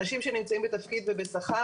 אנשים שנמצאים בתפקיד ובשכר,